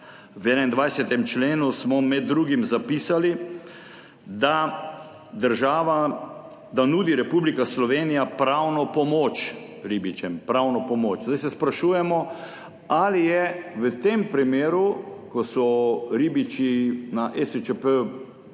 V 21. členu smo med drugim zapisali, da nudi Republika Slovenija pravno pomoč ribičem. Pravno pomoč. Zdaj se sprašujemo, ali je v tem primeru, ko so bili ribiči na ESČP